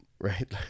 right